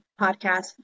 podcast